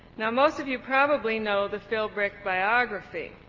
now most of you probably know the philbrick biography.